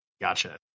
Gotcha